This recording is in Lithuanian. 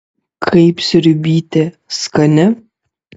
kaip sriubytė skani